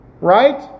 Right